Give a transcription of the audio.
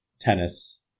tennis